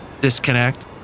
Disconnect